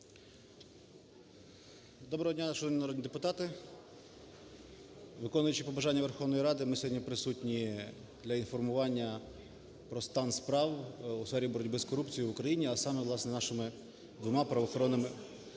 Доброго дня, шановні народні депутати! Виконуючи побажання Верховної Ради, ми сьогодні присутні для інформування про стан справ у сфері боротьби з корупцією в Україні, а саме, власне, нашими двома правоохоронними...